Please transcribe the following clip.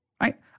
Right